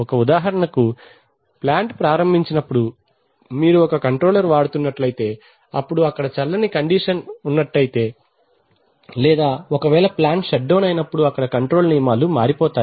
ఒక ఉదాహరణకు ప్లాంట్ ప్రారంభించినపుడు మీరు ఒక కంట్రోలర్ వాడుతున్నట్లైతే అప్పుడు అక్కడ చల్లని కండిషన్స్ ఉన్నట్లతే లేదా ఒకవేళ ప్లాంట్ షట్ డౌన్ అయినప్పుడు అక్కడ కంట్రోల్ నియమాలు మారిపోతాయి